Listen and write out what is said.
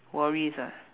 worries ah